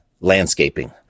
landscaping